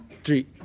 Three